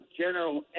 General